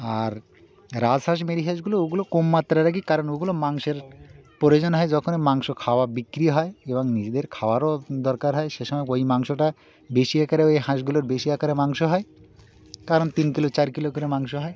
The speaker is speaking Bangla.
আর রাজহাঁস মেরি হাঁসগুলো ওগুলো কম মাত্রা রাখি কারণ ওগুলো মাংসের প্রয়োজন হয় যখনই মাংস খাওয়া বিক্রি হয় এবং নিজেদের খাওয়ারও দরকার হয় সে সময় ওই মাংসটা বেশি আকারে ওই হাঁসগুলোর বেশি আকারে মাংস হয় কারণ তিন কিলো চার কিলো করে মাংস হয়